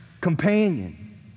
companion